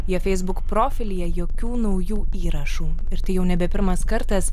jie facebook profilyje jokių naujų įrašų ir tai jau nebe pirmas kartas